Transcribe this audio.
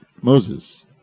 Moses